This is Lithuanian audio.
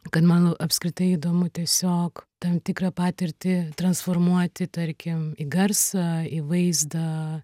kad man apskritai įdomu tiesiog tam tikrą patirtį transformuoti tarkim į garsą į vaizdą